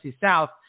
South